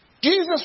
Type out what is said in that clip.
Jesus